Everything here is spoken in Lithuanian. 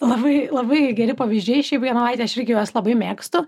labai labai geri pavyzdžiai šiaip genovaite aš irgi juos labai mėgstu